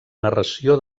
narració